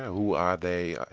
who are they,